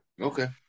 Okay